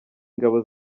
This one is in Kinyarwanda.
ingabo